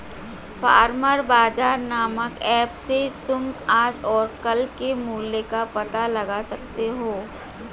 farmer Bazaar नामक app से तुम आज और कल के मूल्य का पता लगा सकते हो